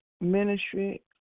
ministry